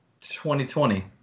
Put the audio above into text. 2020